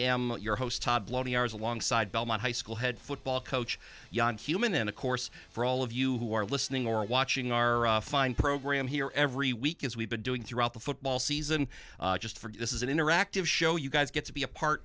hours alongside belmont high school head football coach young human and of course for all of you who are listening or watching our fine program here every week as we've been doing throughout the football season just for you this is an interactive show you guys get to be a part